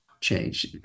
change